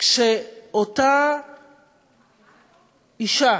שאותה אישה